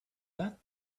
that